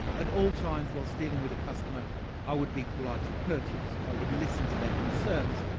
at all times whilst dealing with the customer i would be polite and courteous, i would listen to their concerns,